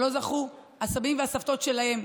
שלא זכו הסבים והסבתות שלהם,